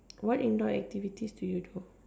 what indoor activities do you do